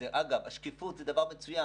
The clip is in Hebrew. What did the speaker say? אגב, השקיפות היא דבר מצוין.